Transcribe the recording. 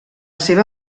seva